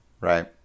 right